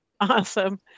awesome